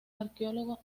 arqueólogo